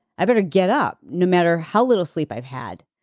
i better get up no matter how little sleep i've had.